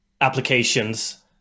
applications